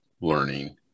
learning